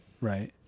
Right